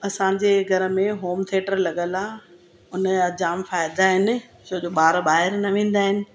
असांजे घर में होम थेटर लॻियल आहे हुनजा जाम फ़ाइदा आहिनि छो जो ॿार ॿाहिरि न वेंदा आहिनि